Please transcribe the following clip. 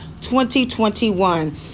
2021